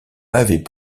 avait